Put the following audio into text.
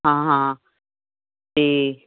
ਹਾਂ ਹਾਂ ਤੇ